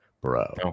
Bro